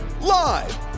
Live